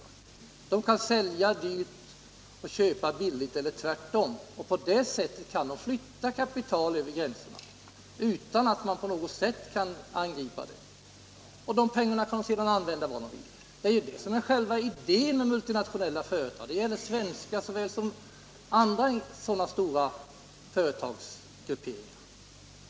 Man kan sälja dyrt och köpa billigt eller tvärtom och på det sättet flytta kapital över gränserna utan att det kan angripas. Dessa pengar kan företaget sedan använda var man vill. Det är detta som är själva idén med multinationella företag — det gäller svenska lika väl som andra sådana stora företagsgrupperingar.